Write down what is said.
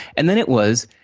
and then it was,